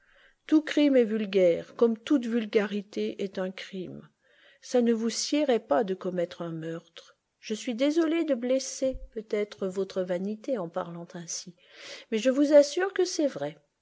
tout crime est vulgaire comme toute vulgarité est un crime ça ne vous siérait pas de commettre un meurtre je suis désolé de blesser peut-être votre vanité en parlant ainsi mais je vous assure que c'est vrai